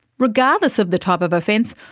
regardless of the type of offence,